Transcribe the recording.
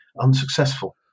unsuccessful